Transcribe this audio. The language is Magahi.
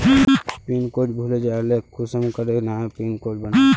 पिन कोड भूले जाले कुंसम करे नया पिन कोड बनाम?